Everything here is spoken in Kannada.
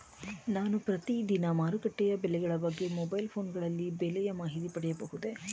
ನಾನು ಪ್ರತಿದಿನ ಮಾರುಕಟ್ಟೆಯ ಬೆಲೆಗಳ ಬಗ್ಗೆ ಮೊಬೈಲ್ ಫೋನ್ ಗಳಲ್ಲಿ ಬೆಲೆಯ ಮಾಹಿತಿಯನ್ನು ಪಡೆಯಬಹುದೇ?